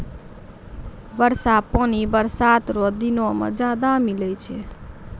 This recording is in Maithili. वर्षा पानी बरसात रो दिनो मे ज्यादा मिलै छै